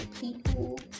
people